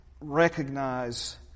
recognize